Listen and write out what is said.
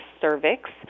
cervix